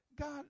God